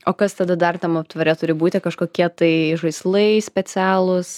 o kas tada dar tam aptvare turi būti kažkokie tai žaislai specialūs